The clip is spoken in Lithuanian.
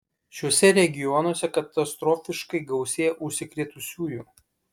šiuose regionuose katastrofiškai gausėja užsikrėtusiųjų